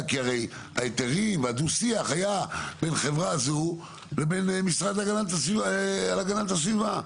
כי הרי ההיתרים ודו-השיח היו בין החברה הזו לבין המשרד להגנת הסביבה.